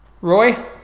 Roy